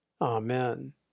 Amen